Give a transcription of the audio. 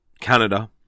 Canada